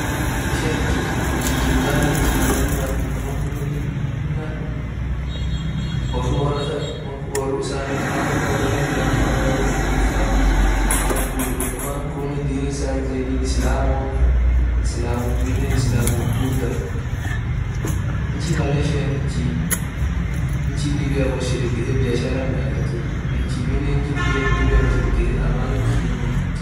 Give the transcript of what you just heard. Malaysia inchi dungati inchi inama dimati inama lila oru oreta inamakun oru isaa pamba faa oreta birid faa inamakun dini isa zaidi islamua amine islamu gugurda hesitation inchi malaysia inchi dibia wot shirikite biashara midafet inchi amine inchi dibia wot shirite amani duftunii.